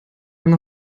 eine